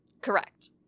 Correct